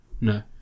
No